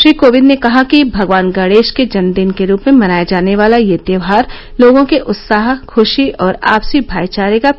श्री कोविंद ने कहा कि भगवान गणेश के जन्मदिन के रूप में मनाया जाने वाला यह त्योहार लोगों के उत्साह खुशी और आपसी भाइचारे का प्रतीक है